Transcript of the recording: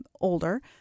older